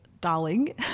darling